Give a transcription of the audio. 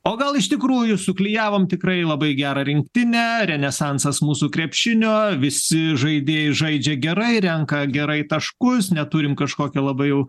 o gal iš tikrųjų suklijavom tikrai labai gerą rinktinę renesansas mūsų krepšinio visi žaidėjai žaidžia gerai renka gerai taškus neturim kažkokio labai jau